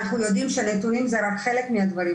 אנחנו יודעים שנתונים זה רק חלק מהדברים,